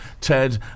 Ted